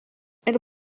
elle